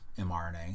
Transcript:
mRNA